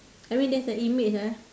I mean there's a image ah